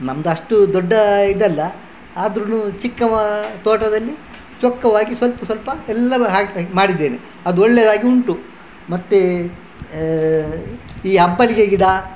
ನಮ್ದು ಅಷ್ಟು ದೊಡ್ಡ ಇದಲ್ಲ ಆದರುನು ಚಿಕ್ಕ ಮ ತೋಟದಲ್ಲಿ ಚೊಕ್ಕವಾಗಿ ಸ್ವಲ್ಪ ಸ್ವಲ್ಪ ಎಲ್ಲ ಹಾಕ್ಬೇಕು ಮಾಡಿದ್ದೇನೆ ಅದೊಳ್ಳೆದಾಗಿ ಉಂಟು ಮತ್ತೆ ಈ ಅಬ್ಬಲಿಗೆ ಗಿಡ